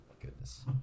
Goodness